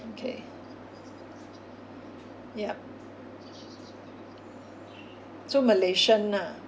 okay yup so malaysian ah